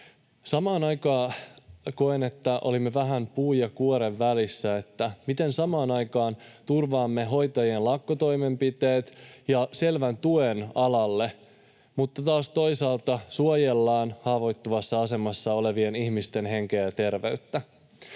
Samaan aikaan koen, että olimme vähän puun ja kuoren välissä siinä, miten samaan aikaan turvaamme hoitajien lakkotoimenpiteet ja selvän tuen alalle mutta taas toisaalta suojellaan haavoittuvassa asemassa olevien ihmisten henkeä ja terveyttä.